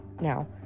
Now